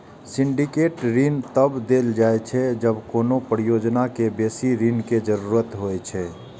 syndicate ऋण तब देल जाइ छै, जब कोनो परियोजना कें बेसी ऋण के जरूरत होइ छै